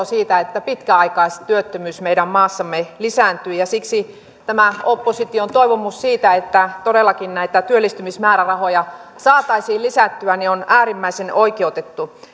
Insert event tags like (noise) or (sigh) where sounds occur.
(unintelligible) siitä että pitkäaikaistyöttömyys meidän maassamme lisääntyy ja siksi tämä opposition toivomus siitä että todellakin näitä työllistymismäärärahoja saataisiin lisättyä on äärimmäisen oikeutettu